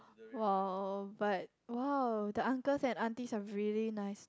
!wow! but !wow! the uncles and aunties are really nice